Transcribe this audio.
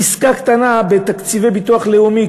פסקה קטנה בתקציבי הביטוח הלאומי,